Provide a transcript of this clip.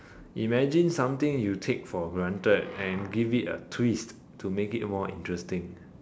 imagine something you take for granted and give it a twist to make it more interesting